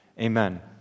Amen